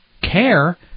care